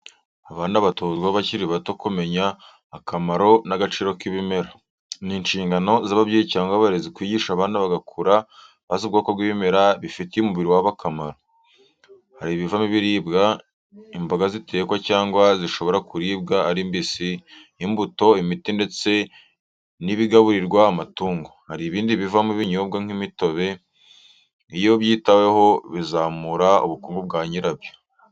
Abana batozwa bakiri bato kumenya akamaro n'agaciro k'ibimera. Ni inshingano z'ababyeyi cyangwa abarezi kwigisha abana bagakura bazi ubwoko bw'ibimera bifitiye umubiri wabo akamaro. Hari ibivamo ibiribwa, imboga zitekwa cyangwa zishobora kuribwa ari mbisi, imbuto, imiti ndetse n'ibigaburirwa amatungo. Hari ibindi bivanwamo ibinyobwa, nk'imitobe. Iyo byitaweho bizamura ubukungu bwa banyirabyo.